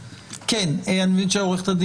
התחבורה.